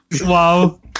Wow